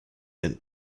and